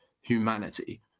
humanity